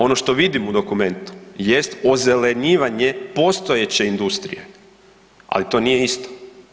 Ono što vidimo u dokumentu jest ozelenjivanje postojeće industrije, ali to nije isto.